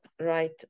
right